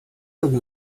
algum